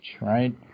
right